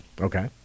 Okay